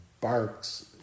barks